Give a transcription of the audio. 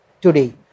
today